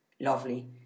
lovely